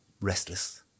restless